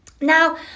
Now